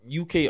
UK